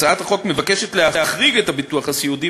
הצעת החוק מבקשת להחריג את הביטוח הסיעודי